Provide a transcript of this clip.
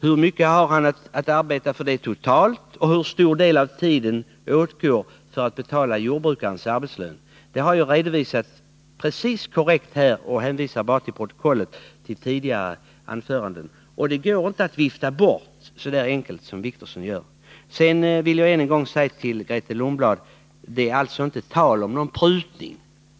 Hur mycket har han att arbeta för det totalt, och hur stor del av tiden åtgår för att betala jordbrukarens arbetslön? Jag har redovisat detta korrekt och hänvisar till protokollet. Det går inte att vifta bort så enkelt som Åke Wictorsson gör. Till Grethe Lundblad vill jag säga än en gång: Det är inte tal om någon prutning.